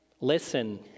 Listen